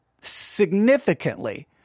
significantly